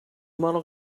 model